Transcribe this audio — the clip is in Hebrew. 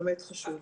זה באמת חשוב.